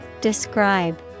Describe